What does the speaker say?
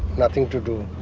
nothing to do.